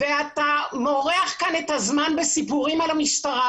אתה מורח כאן את הזמן בסיפורים על המשטרה.